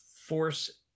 force